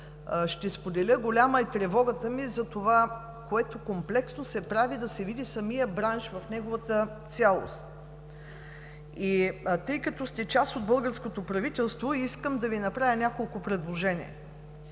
ще споделя: голяма е тревогата ми за това, което комплексно се прави да се види самият бранш в неговата цялост. Тъй като сте част от българското правителство, искам да Ви направя няколко предложения.